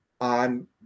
on